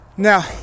Now